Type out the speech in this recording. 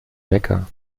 wecker